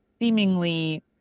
seemingly